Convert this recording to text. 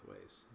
ways